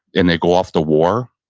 and they go off to war.